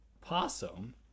possum